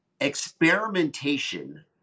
experimentation